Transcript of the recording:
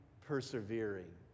persevering